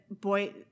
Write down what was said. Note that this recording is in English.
boy